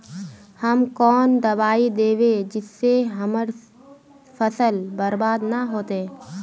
हम कौन दबाइ दैबे जिससे हमर फसल बर्बाद न होते?